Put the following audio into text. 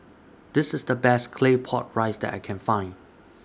This IS The Best Claypot Rice that I Can Find